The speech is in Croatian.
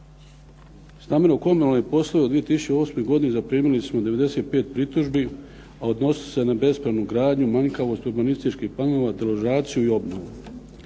Stambeno-komunalni poslovi u 2008. godini zaprimili su 95 pritužbi, a odnosili su se na bespravnu gradnju, manjkavost urbanističkih planova, deložaciju i obnovu.